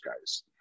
guys